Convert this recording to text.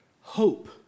hope